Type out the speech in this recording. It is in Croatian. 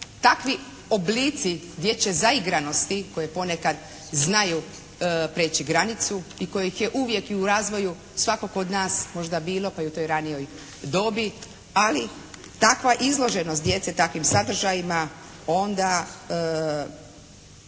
takvi oblici dječje zaigranosti koje ponekad znaju prijeći granicu i kojih je uvijek i u razvoju svakog od nas možda bilo pa i u toj ranijoj dobi, ali takva izloženost djece takvim sadržajima onda